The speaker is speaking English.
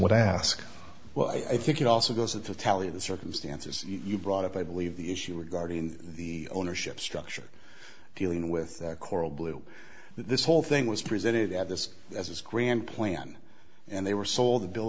ask well i think it also goes to tally the circumstances you brought up i believe the issue regarding the ownership structure dealing with coral blue this whole thing was presented at this as grand plan and they were sold a bill